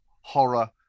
horror